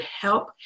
help